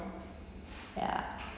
ya